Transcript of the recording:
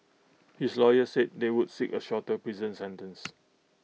his lawyer said they would seek A shorter prison sentence